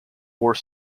wore